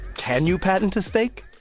can you patent a steak?